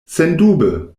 sendube